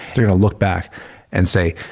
they're gonna look back and say,